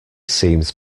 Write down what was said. seems